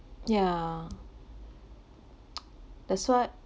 yeah that's what